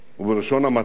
ובלשון המעטה,